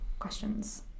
questions